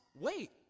wait